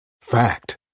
Fact